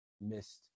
missed